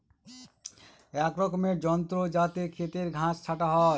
এক রকমের যন্ত্র যাতে খেতের ঘাস ছাটা হয়